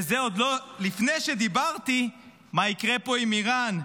וזה עוד לפני שדיברתי מה יקרה פה עם איראן.